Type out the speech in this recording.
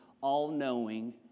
all-knowing